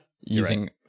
using